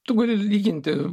tu gali lyginti